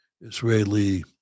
Israeli